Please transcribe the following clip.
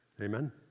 Amen